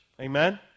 Amen